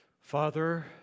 Father